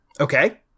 Okay